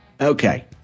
Okay